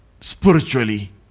spiritually